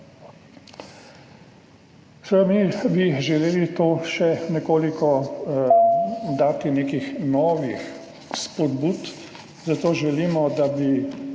Mi bi želeli dati še nekoliko nekih novih spodbud, zato želimo, da bi